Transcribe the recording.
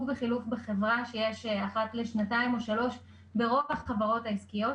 וחילוף בחברה שיש אחת לשנתיים או שלוש שנים ברוב החברות העסקיות.